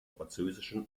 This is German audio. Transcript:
französischen